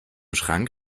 schrank